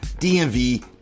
DMV